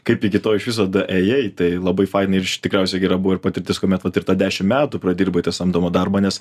kaip iki to iš viso daėjai tai labai faina ir š tikriausiai gera buvo ir patirtis kuomet vat ir tą dešim metų pradirbote samdomą darbą nes